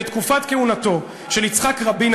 בתקופת כהונתו של יצחק רבין,